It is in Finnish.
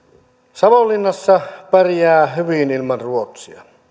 savonlinnassa pärjää hyvin ilman ruotsia